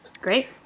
Great